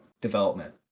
development